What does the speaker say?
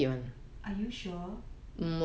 are you sure